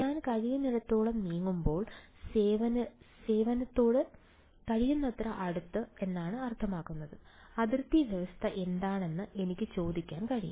ഞാൻ കഴിയുന്നിടത്തോളം നീങ്ങുമ്പോൾ സേവനത്തോട് കഴിയുന്നത്ര അടുത്ത് എന്നാണ് അർത്ഥമാക്കുന്നത് അതിർത്തി വ്യവസ്ഥ എന്താണെന്ന് എനിക്ക് ചോദിക്കാൻ കഴിയും